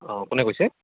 হয় কোনে কৈছে